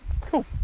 cool